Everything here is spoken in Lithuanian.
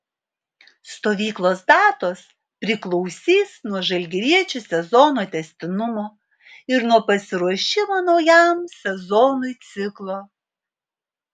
stovyklos datos priklausys nuo žalgiriečių sezono tęstinumo ir nuo pasiruošimo naujam sezonui ciklo